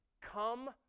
come